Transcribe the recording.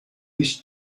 this